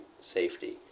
safety